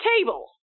table